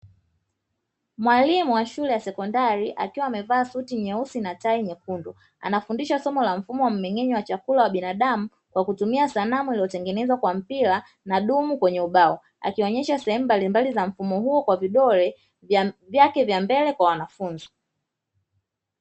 Mwalimu wa shule ya sekondari akiwa amevaa suti nyeusi na tai nyekundu, anafundisha soma la mfumo wa mmeng'enyo wa chakula wa binadamu, kwa kutumia sanamu iliyotengenezwa kwa mpira na dumu kwenye ubao, akionyesha sehemu mbalimbali za mfumo huo kwa vidole vyake vya mbele kwa wanafunzi.